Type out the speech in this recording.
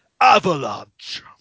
Avalanche